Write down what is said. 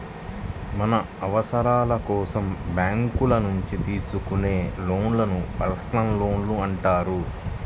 మన అవసరాల కోసం బ్యేంకుల నుంచి తీసుకునే లోన్లను పర్సనల్ లోన్లు అంటారు